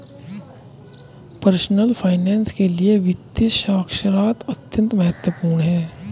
personal finance के लिए वित्तीय साक्षरता अत्यंत महत्वपूर्ण है